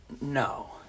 No